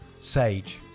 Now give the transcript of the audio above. sage